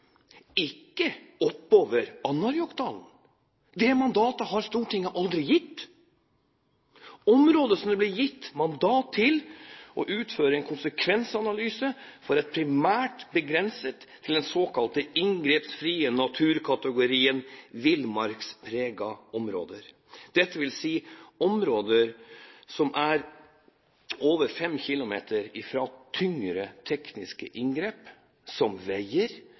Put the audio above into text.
ikke oppover Anárjohkadalen. Det mandatet har Stortinget aldri gitt. Området som det ble gitt mandat til å utføre en konsekvensanalyse av, var primært begrenset til den såkalte inngrepsfrie naturkategorien villmarkspregede områder, dvs. områder som er over 5 km fra tyngre tekniske inngrep, som veier,